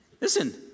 Listen